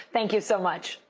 thank you so much.